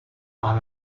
par